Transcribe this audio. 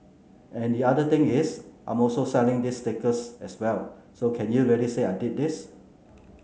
and the other thing is I'm also selling these stickers as well so can you really say I did these